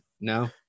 no